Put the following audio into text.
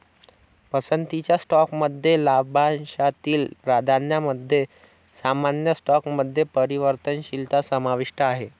पसंतीच्या स्टॉकमध्ये लाभांशातील प्राधान्यामध्ये सामान्य स्टॉकमध्ये परिवर्तनशीलता समाविष्ट आहे